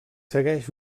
segueix